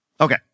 okay